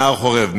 מהר-חורב,